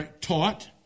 taught